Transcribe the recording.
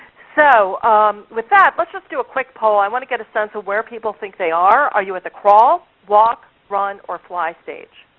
so with that, let's let's do a quick poll. i want to get a sense of where people think they are. are you at the crawl, walk, run, or fly stage?